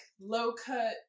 low-cut